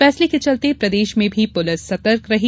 फैसले के चलते प्रदेश में मी पुलिस सतर्क रही